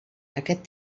aquest